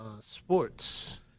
sports